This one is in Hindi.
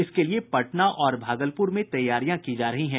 इसके लिए पटना और भागलपुर में तैयारियां की जा रही हैं